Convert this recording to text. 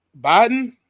Biden